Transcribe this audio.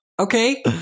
Okay